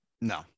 No